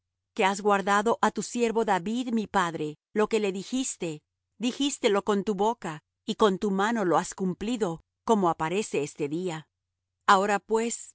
que has guardado á tu siervo david mi padre lo que le dijiste dijístelo con tu boca y con tu mano lo has cumplido como aparece este día ahora pues